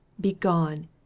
begone